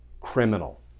criminal